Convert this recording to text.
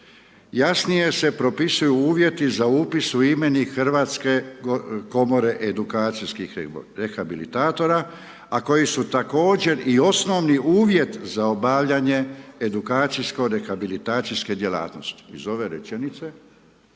Jasnije se propisuju uvjeti za upis u imenik Hrvatske komore edukacijskih rehabilitatora a koji su također i osnovi uvjet za obavljanje edukacijsko rehabilitacijske djelatnosti. Iz ove rečenice,